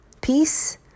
peace